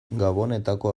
gabonetako